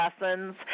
lessons